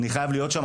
אני חייב להיות שם,